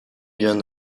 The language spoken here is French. vient